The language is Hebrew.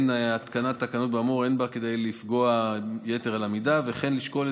כאמור, לפני כניסתי